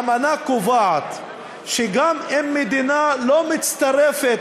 באמנה נקבע שגם אם מדינה לא מצטרפת